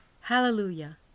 Hallelujah